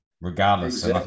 regardless